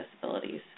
disabilities